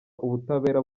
ubutabera